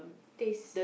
taste